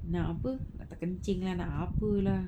nak apa nak terkencing lah nak apa lah